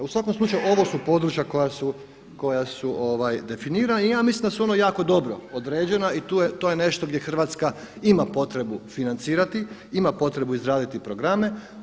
U svakom slučaju ovo su područja koja su definirana i ja mislim da su ono jako dobro određena i to je nešto gdje Hrvatska ima potrebu financirati, ima potrebu izraditi programe.